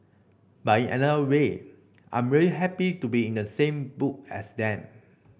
but in another way I'm really happy to be in the same book as them